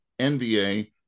NBA